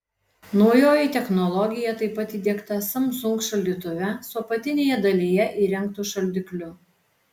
naujoji technologija taip pat įdiegta samsung šaldytuve su apatinėje dalyje įrengtu šaldikliu